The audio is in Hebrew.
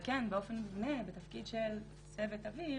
ועל כן באופן מובנה בתפקיד של צוות אוויר,